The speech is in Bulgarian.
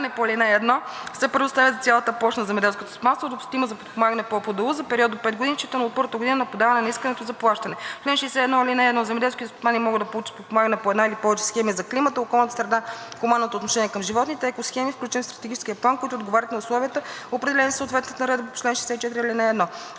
по ал. 1 се предоставя за цялата площ на земеделското стопанство, допустима за подпомагане по ОПДУ, за период до 5 години, считано от първата година на подаване на искането за плащане. Чл. 61. (1) Земеделските стопани могат да получат подпомагане по една или повече схеми за климата, околната среда и хуманното отношение към животните – екосхеми, включени в Стратегическия план, когато отговарят на условията, определени със съответната наредба по чл. 64, ал. 1.